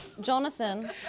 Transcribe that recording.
Jonathan